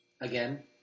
again